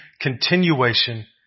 continuation